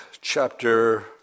chapter